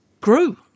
grew